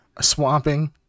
Swamping